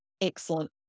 Excellent